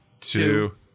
two